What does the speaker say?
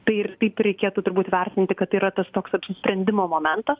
tai ir taip ir reikėtų turbūt vertinti kad yra tas toks apsisprendimo momentas